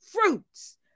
fruits